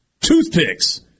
toothpicks